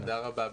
תודה רבה.